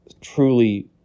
truly